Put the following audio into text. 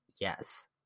yes